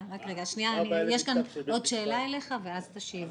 יש כאן עוד שאלה אליך ואז תשיב.